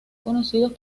conocidos